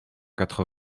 quatre